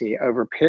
over